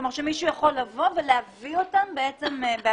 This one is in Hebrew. כלומר, שמישהו יכול לבוא ולהביא אותם בעצמם.